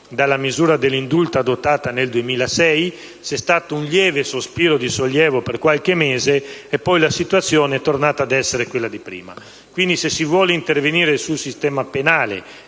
dalla misura dell'indulto adottata nel 2006, c'è stato un lieve sospiro di sollievo per qualche mese, ma poi la situazione è tornata ad essere quella di prima. Pertanto, se si vuole intervenire nell'ambito del